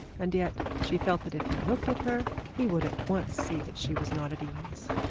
and yet she felt that if he looked at her he would at once see that she was not at ease.